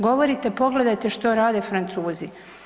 Govorite pogledajte što rade Francuzi.